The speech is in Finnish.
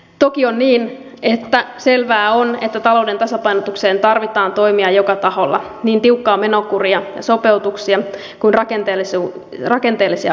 toki on niin että selvää on että talouden tasapainotukseen tarvitaan toimia joka taholla niin tiukkaa menokuria ja sopeutuksia kuin rakenteellisia uudistuksia